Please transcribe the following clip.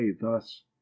thus